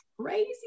crazy